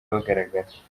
bagaragara